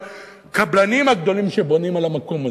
הקבלנים הגדולים שבונים על המקום הזה,